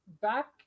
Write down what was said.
back